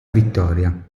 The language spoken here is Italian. vittoria